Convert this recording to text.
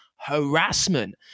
harassment